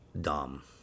dumb